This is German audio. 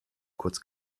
kurz